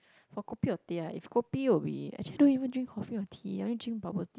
or kopi or teh ah if kopi will be actually I don't even drink coffee or tea I only drink bubble tea